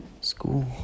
school